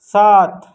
ساتھ